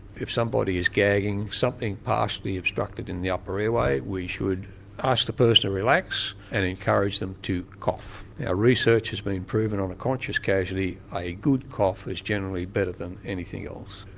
if somebody is gagging with something partially obstructed in the upper airway we should ask the person to relax and encourage them to cough. our research has been proven on a conscious casualty a good cough is generally better than anything else.